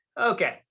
Okay